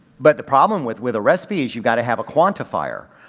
but the problem with, with a recipe is you gotta have a quantifier.